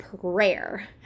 prayer